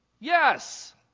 Yes